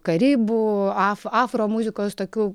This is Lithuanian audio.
karibų af afromuzikos tokių